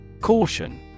Caution